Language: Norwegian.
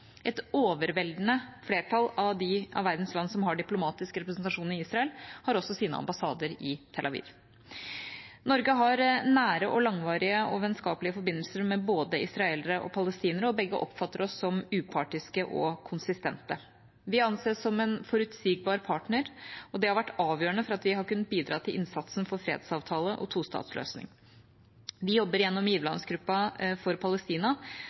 Et overveldende flertall av de av verdens land som har diplomatisk representasjon i Israel, har også sine ambassader i Tel Aviv. Norge har nære, langvarige og vennskapelige forbindelser med både israelere og palestinere, og begge oppfatter oss som upartiske og konsistente. Vi anses som en forutsigbar partner, og det har vært avgjørende for at vi har kunnet bidra til innsatsen for fredsavtale og tostatsløsning. Vi jobber gjennom giverlandsgruppen for Palestina